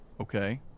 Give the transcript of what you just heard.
Okay